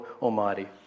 Almighty